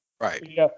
Right